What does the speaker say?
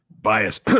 Bias